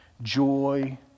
joy